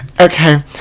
Okay